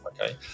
Okay